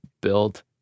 build